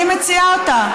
אני מציעה אותה.